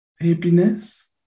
Happiness